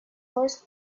horse